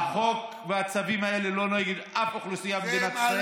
החוק והצווים האלה לא נגד אף אוכלוסייה במדינת ישראל.